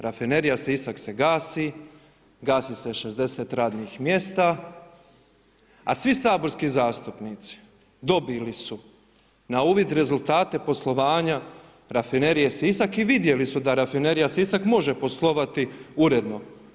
Rafinerija Sisak se gasi, gasi se 60 radnih mjesta, a svi saborski zastupnici dobili su na uvid rezultate poslovanja Rafinerije Sisak i vidjeli su da Rafinerija Sisak može poslovati uredno.